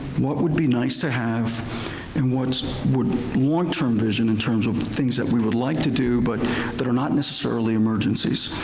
what would be nice to have and what would longterm vision in terms of things that we would like to do but that are not necessarily emergencies,